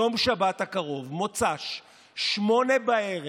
ביום שבת הקרוב, מוצ"ש, 20:00,